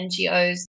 NGOs